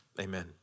Amen